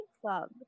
club